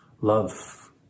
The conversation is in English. Love